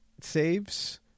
saves